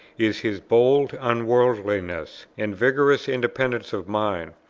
is his bold unworldliness and vigorous independence of mind.